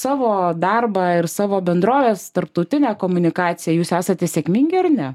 savo darbą ir savo bendroves tarptautinę komunikaciją jūs esate sėkmingi ar ne